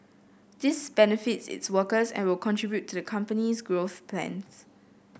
this benefits its workers and will contribute to the company's growth plans